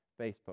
Facebook